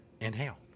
inhale